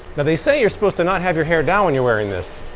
now they say you're supposed to not have your hair down when you're wearing this.